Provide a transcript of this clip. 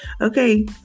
okay